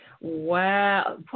Wow